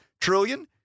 trillion